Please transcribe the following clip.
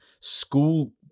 school